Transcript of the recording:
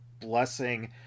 blessing